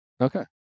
Okay